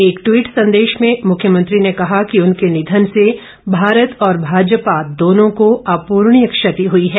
एक ट्वीट संदेश में मुख्यमंत्री ने कहा कि उनके निधन से भारत और भाजपा दोनों को अपूर्णीय क्षति हुई है